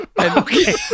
Okay